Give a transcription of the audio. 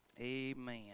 Amen